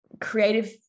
creative